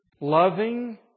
loving